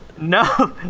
No